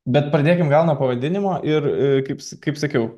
bet pradėkim gal nuo pavadinimo ir kaip kaip sakiau